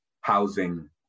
housing